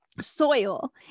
soil